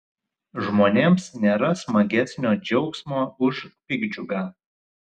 žmonėms nėra smagesnio džiaugsmo už piktdžiugą